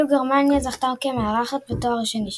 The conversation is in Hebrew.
ואילו גרמניה זכתה כמארחת בתואר השני שלה.